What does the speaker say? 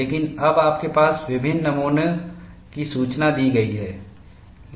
लेकिन अब आपके पास विभिन्न नमूनों की सूचना दी गई है